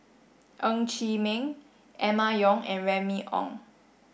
Ng Chee Meng Emma Yong and Remy Ong